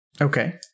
Okay